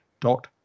dot